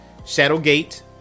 Shadowgate